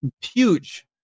huge